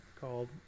called